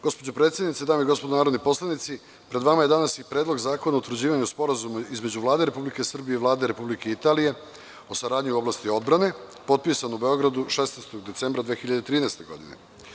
Gospođo predsednice, dame i gospodo narodni poslanici, pred vama je danas i Predlog zakona o utvrđivanju Sporazuma Vlade Republike Srbije i Vlade Republike Italije o saradnji u oblasti odbrane, potpisan u Beogradu 16. decembra 2013. godine.